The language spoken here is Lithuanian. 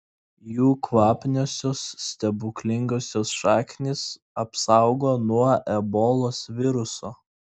jų kvapniosios stebuklingosios šaknys apsaugo nuo ebolos viruso